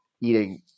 eating